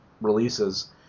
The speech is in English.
releases